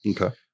Okay